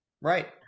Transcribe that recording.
right